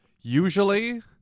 usually